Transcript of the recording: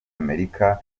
amerika